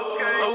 Okay